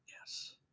Yes